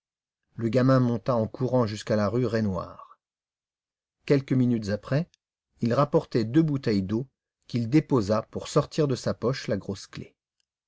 le gamin monta en courant jusqu'à la rue raynouard quelques minutes après il rapportait deux bouteilles d'eau qu'il déposa pour sortir de sa poche la grosse clef